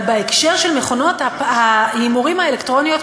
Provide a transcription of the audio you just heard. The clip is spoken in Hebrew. אבל בהקשר של מכונות ההימורים האלקטרוניות,